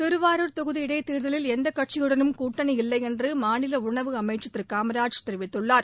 திருவாரூர் தொகுதி இடைத்தேர்தலில் எந்த கட்சியுடனும் கூட்டணி இல்லை என்று மாநில உணவு அமைச்சர் திரு காமராஜ் தெரிவித்துள்ளார்